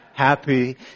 Happy